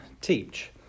teach